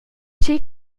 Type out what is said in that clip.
tgi